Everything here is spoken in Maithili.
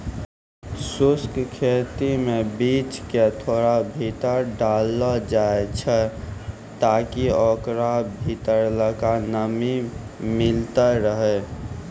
शुष्क खेती मे बीज क थोड़ा भीतर डाललो जाय छै ताकि ओकरा भीतरलका नमी मिलतै रहे